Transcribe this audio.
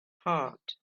heart